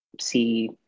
see